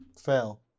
Fail